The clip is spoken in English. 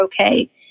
okay